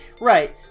Right